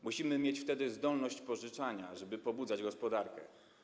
Musimy mieć wtedy zdolność pożyczania, żeby pobudzać gospodarkę.